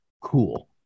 Cool